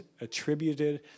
attributed